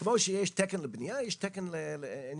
כמו שיש תקן לבנייה יש תקן לזה.